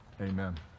amen